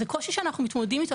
זה קושי שאנחנו מתמודדים איתו,